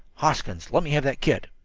hoskins, let me have that kit.